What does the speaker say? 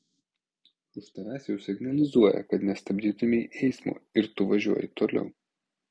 už tavęs jau signalizuoja kad nestabdytumei eismo ir tu važiuoji toliau